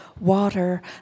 water